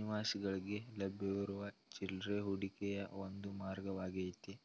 ನಿವಾಸಿಗಳ್ಗೆ ಲಭ್ಯವಿರುವ ಚಿಲ್ರೆ ಹೂಡಿಕೆಯ ಒಂದು ಮಾರ್ಗವಾಗೈತೆ